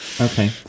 Okay